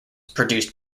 produced